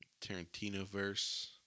Tarantino-verse